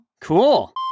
Cool